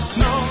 no